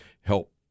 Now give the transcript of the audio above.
help